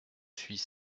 suis